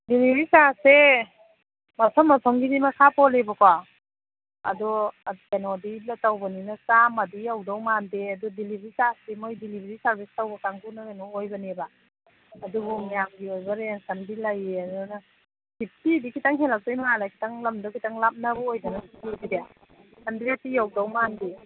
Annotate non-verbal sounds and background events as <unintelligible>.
delivery ꯆꯥꯔꯖꯁꯦ ꯃꯐꯝ ꯃꯐꯝꯒꯤꯗꯤ ꯃꯈꯥ ꯄꯣꯜꯂꯤꯕꯀꯣ ꯑꯗꯣ ꯀꯩꯅꯣꯗꯤ ꯇꯧꯕꯅꯤꯅ ꯆꯥꯃꯗꯤ ꯌꯧꯗꯧ ꯃꯥꯟꯗꯦ ꯑꯗꯨ ꯗꯤꯂꯤꯚꯔꯤ ꯆꯥꯔꯖꯇꯤ ꯃꯣꯏ ꯗꯤꯂꯤꯚꯔꯤ ꯁꯥꯔꯚꯤꯁ ꯇꯧꯕ ꯀꯥꯡꯕꯨꯅ ꯀꯩꯅꯣ ꯑꯣꯏꯕꯅꯤꯕ ꯑꯗꯨꯕꯨ ꯃꯌꯥꯝꯒꯤ ꯑꯣꯏꯕ ꯔꯦꯟꯁ ꯑꯃꯗꯤ ꯂꯩꯌꯦ ꯑꯗꯨꯅ ꯐꯤꯞꯇꯤꯗꯤ ꯈꯤꯇꯪ ꯍꯦꯜꯂꯛꯇꯣꯏ ꯃꯥꯜꯂꯦ ꯈꯤꯇꯪ ꯂꯝꯗꯣ ꯈꯤꯇꯪ ꯂꯥꯞꯅꯕ ꯑꯣꯏꯗꯅ <unintelligible> ꯍꯟꯗ꯭ꯔꯦꯠꯇꯤ ꯌꯧꯗꯧ ꯃꯥꯟꯗꯦ